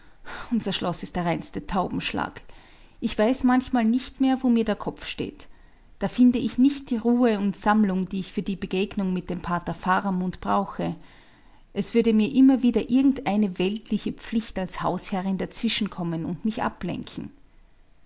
unser schloß ist der reine taubenschlag ich weiß manchmal nicht mehr wo mir der kopf steht da finde ich nicht die ruhe und sammlung die ich für die begegnung mit dem pater faramund brauche es würde mir immer wieder irgendeine weltliche pflicht als hausherrin dazwischen kommen und mich ablenken